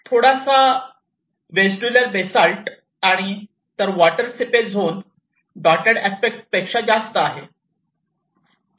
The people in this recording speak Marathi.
थोडासा वेस्ड्युलर बेसाल्ट आणि तर waters seepage zone dotted aspect पेक्षा जास्त आहेत